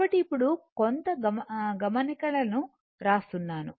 కాబట్టి ఇప్పుడు కొంత గమణికలను వ్రాస్తున్నాను